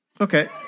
Okay